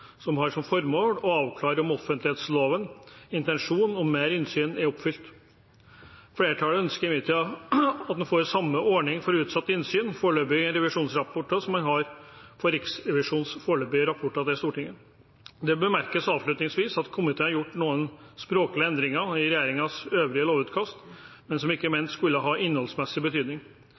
som har som formål å avklare om offentlighetslovens intensjon om mer innsyn er oppfylt. Flertallet ønsker imidlertid at en får samme ordning for utsatt innsyn i foreløpige revisjonsrapporter som en har for Riksrevisjonens foreløpige rapporter til Stortinget. Det bemerkes avslutningsvis at komiteen har gjort noen språklige endringer i regjeringens øvrige lovutkast, men som ikke er ment å skulle ha innholdsmessig betydning.